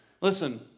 Listen